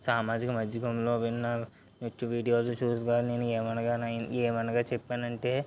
సామాజిక మధ్యమంలో వినవచ్చు వీడియోలు చూసి కానీ నేను ఏమనగా నా ఏమనగా చెప్పానంటే